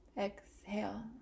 Exhale